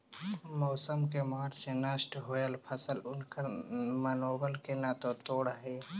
मौसम के मार से नष्ट होयल फसल उनकर मनोबल के न तोड़ हई